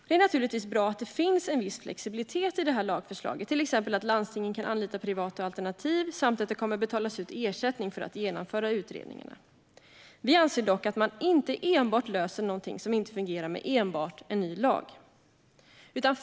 Det är naturligtvis bra att det finns en viss flexibilitet i det här lagförslaget, till exempel att landstingen kan anlita privata alternativ samt att det kommer att betalas ut ersättning för att genomföra utredningarna. Vi anser dock att man inte löser någonting som inte fungerar enbart med en ny lag.